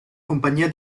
compagnia